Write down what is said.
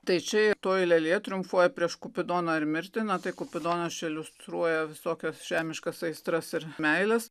tai čia toji lelija triumfuoja prieš kupidoną ar mirtį tai kupidonas čia iliustruoja visokias žemiškas aistras ir meiles